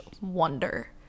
wonder